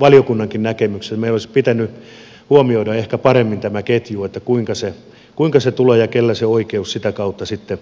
valiokunnankin näkemyksessä meidän olisi ehkä pitänyt huomioida paremmin tämä ketju että kuinka se tulee ja kellä se oikeus sitä kautta sitten